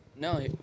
No